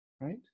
right